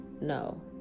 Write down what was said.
no